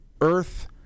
earth